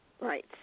Right